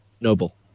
Noble